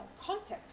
context